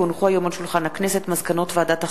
כי הונחו היום על שולחן הכנסת מסקנות ועדת החינוך,